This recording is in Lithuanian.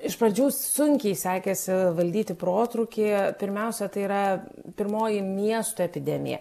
iš pradžių sunkiai sekėsi valdyti protrūkį pirmiausia tai yra pirmoji miesto epidemija